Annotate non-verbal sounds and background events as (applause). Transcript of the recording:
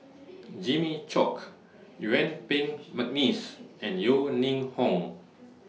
(noise) Jimmy Chok Yuen Peng Mcneice and Yeo Ning Hong